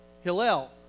Hillel